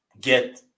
get